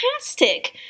fantastic